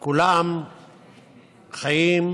כולם חיים,